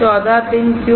14 pin क्यों